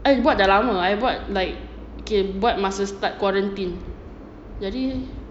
I buat dah lama I buat like okay buat masa start quarantine jadi